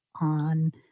on